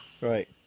Right